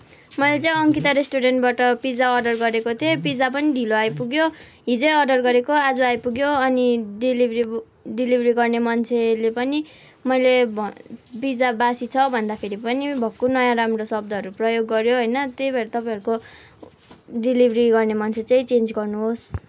मैले चाहिँ अङ्किता रेस्टुरेन्टबाट पिज्जा अर्डर गरेको थिएँ पिज्जा पनि ढिलो आइपुग्यो हिजै अर्डर गरेको आज आइपुग्यो अनि डेलिभरी डेलिभरी गर्ने मान्छेले पनि मैले भनेँ पिज्जा बासी छ भन्दाखेरि पनि भक्कु नराम्रो शब्दहरू प्रयोग गर्यो होइन त्यही भएर तपाईँहरूको डेलिभरी गर्ने मान्छे चाहिँ चेन्ज गर्नुहोस्